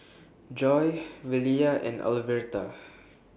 Joi Velia and Alverta